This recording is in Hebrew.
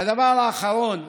והדבר האחרון,